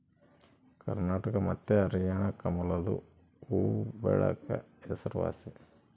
ಕರ್ನಾಟಕ ಮತ್ತೆ ಹರ್ಯಾಣ ಕಮಲದು ಹೂವ್ವಬೆಳೆಕ ಹೆಸರುವಾಸಿ